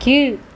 கீழ்